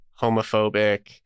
homophobic